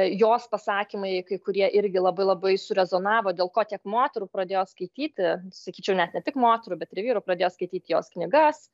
jos pasakymai kai kurie irgi labai labai surezonavo dėl ko tiek moterų pradėjo skaityti sakyčiau net ne tik moterų bet ir vyrų pradėjo skaityt jos knygas